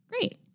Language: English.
Great